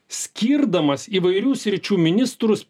skirdamas įvairių sričių ministrus